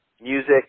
music